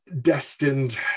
destined